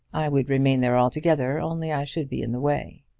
i would remain there altogether, only i should be in the way.